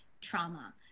trauma